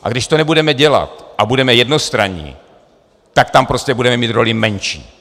A když to nebudeme dělat a budeme jednostranní, tak tam prostě budeme mít roli menší.